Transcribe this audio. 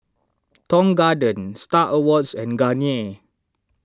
Tong Garden Star Awards and Garnier